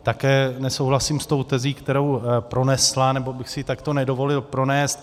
Také nesouhlasím s tou tezí, kterou pronesla, nebo bych si ji takto nedovolil pronést.